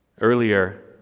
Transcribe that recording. Earlier